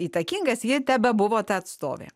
įtakingas ji tebebuvo ta atstovė